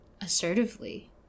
assertively